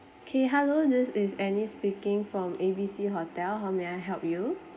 K hello this is annie speaking from A B C hotel may I help you